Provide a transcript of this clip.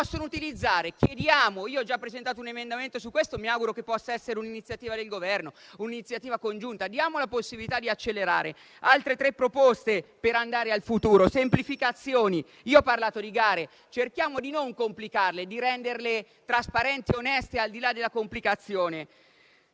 possono utilizzare. Io ho già presentato un emendamento su questo e mi auguro che ci possa essere un'iniziativa del Governo, un'iniziativa congiunta, per dare la possibilità di accelerare. Altre tre proposte per andare al futuro. Semplificazioni: ho parlato di gare, cerchiamo di non complicarle, di renderle trasparenti ed oneste al di là della complicazione.